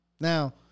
Now